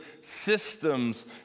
systems